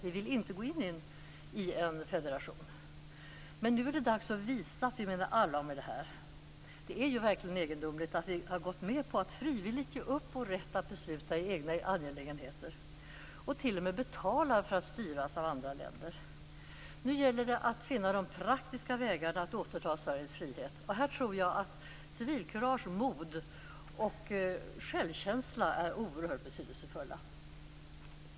Vi vill inte gå in i en federation. Men nu är det dags att visa att vi menar allvar med detta. Det är ju verkligen egendomligt att vi har gått med på att frivilligt ge upp vår rätt att besluta i egna angelägenheter och t.o.m. betalar för att styras av andra länder. Nu gäller det att finna de praktiska vägarna att återta Sveriges frihet. Här tror jag att civilkurage, mod och självkänsla är oerhört betydelsefulla.